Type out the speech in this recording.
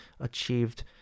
achieved